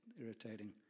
irritating